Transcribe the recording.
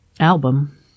album